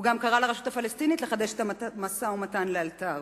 הוא גם קרא לרשות הפלסטינית לחדש את המשא-ומתן לאלתר.